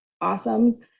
awesome